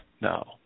No